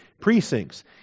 precincts